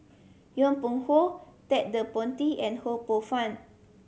Yong Pung How Ted De Ponti and Ho Poh Fun